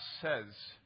says